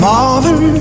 Marvin